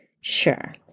Sure